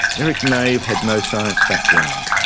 eric nave had no science background.